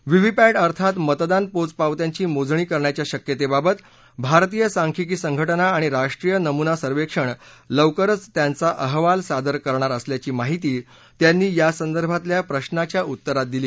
VVPAT अर्थात मतदान पोचपावत्यांची मोजणी करण्याच्या शक्यतेबाबत भारतीय सांख्यिकी संघटना आणि राष्ट्रीय नमुना सर्वेक्षण लवकरच त्यांचा अहवाल सादर करणार असल्याची माहिती त्यांनी यासंदर्भातल्या प्रशाच्या उत्तरात दिली